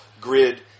grid